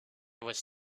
was